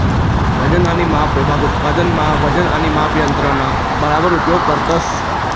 वजन आणि माप विभाग उत्पादन मा वजन आणि माप यंत्रणा बराबर उपयोग करतस